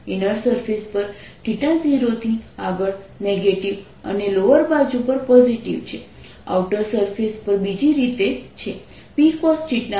inner surface પર 0 થી આગળ નેગેટિવ અને લોઅર બાજુ પર પોઝિટિવ છે આઉટર સરફેસ પર બીજી રીત છે